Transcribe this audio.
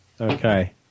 Okay